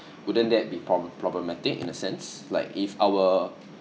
wouldn't that be prob~ problematic in a sense like if our